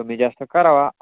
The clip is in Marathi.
कमीजास्त करावा